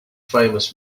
famous